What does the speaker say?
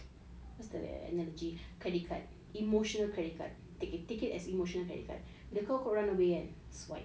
what's that analogy credit card emotional credit card take it as emotional credit card bila kau run away kan swipe